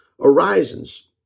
horizons